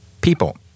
people